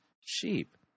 sheep